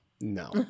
no